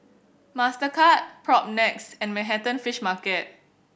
Mastercard Propnex and Manhattan Fish Market